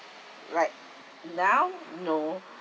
right now no